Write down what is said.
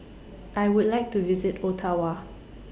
I Would like to visit Ottawa